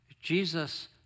Jesus